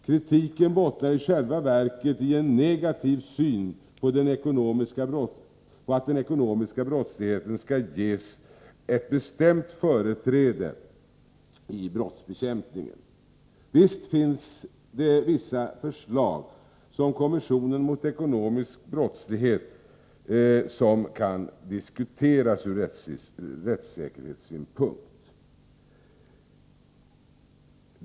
Kritiken bottnar i själva verket i en negativ syn på att den ekonomiska brottsligheten skall ges ett bestämt företräde i brottsbekämpningen. Visst finns det vissa förslag från kommissionen mot ekonomisk brottslighet som kan diskuteras ur rättssäkerhetssynpunkt.